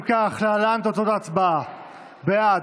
להלן תוצאות ההצבעה: בעד,